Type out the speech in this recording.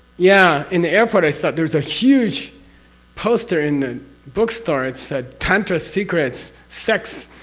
yeah. in the airport i saw, there's a huge poster in the bookstore it said, tantra secrets, sex,